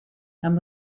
and